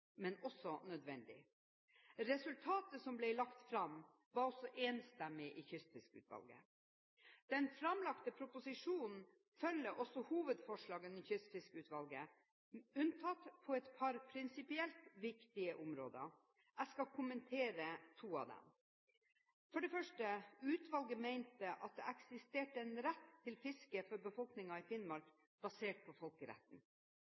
men også nødvendig. Resultatet som ble lagt fram, var også enstemmig i Kystfiskeutvalget. Den framlagte proposisjonen følger også hovedforslagene til Kystfiskeutvalget – unntatt på et par prinsipielt viktige områder. Jeg skal kommentere to av dem. For det første: Utvalget mente at det eksisterer en rett til fiske for befolkningen i Finnmark basert på folkeretten.